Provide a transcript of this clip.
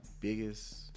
biggest